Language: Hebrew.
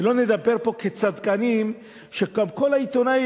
ולא נדבר פה כצדקנים שגם כל העיתונאים,